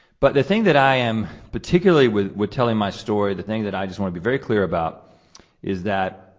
but the thing that i am, particularly with with telling my story, the thing that i just wanna be very clear about is that